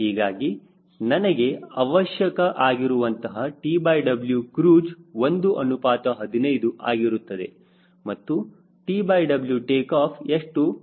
ಹೀಗಾಗಿ ನನಗೆ ಅವಶ್ಯಕ ಆಗಿರುವಂತಹ TW ಕ್ರೂಜ್ 1 ಅನುಪಾತ 15 ಆಗಿರುತ್ತದೆ ಮತ್ತು TW ಟೇಕಾಫ್ ಎಷ್ಟು ಬೇಕಾಗಿರುತ್ತದೆ